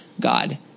God